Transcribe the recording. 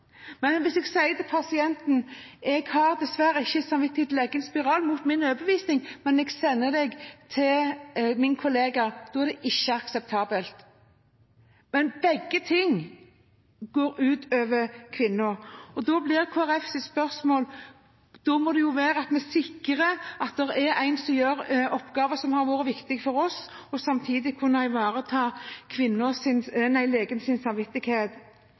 Men hvis jeg sier til pasienten at jeg har dessverre ikke samvittighet til å legge inn en spiral, det er mot min overbevisning, men jeg sender deg til min kollega, er det ikke akseptabelt. Og begge ting går ut over kvinner. For Kristelig Folkeparti er spørsmålet da å sikre at det er en som gjør oppgaven, som har vært viktig for oss, samtidig som vi ivaretar legens samvittighet.